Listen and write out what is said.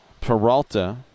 Peralta